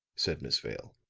said miss vale.